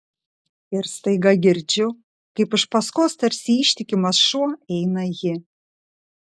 ir staiga girdžiu kaip iš paskos tarsi ištikimas šuo eina ji